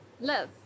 love